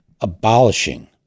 abolishing